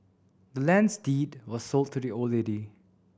the land's deed was sold to the old lady